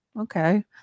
okay